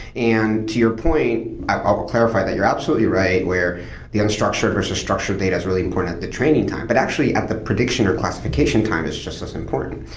and to your point i'll clarify that you're absolutely right, where the unstructured versus structured data is really important at the training time, but actually at the prediction, or classification time is just as important,